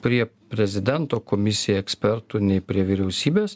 prie prezidento komisija ekspertų nei prie vyriausybės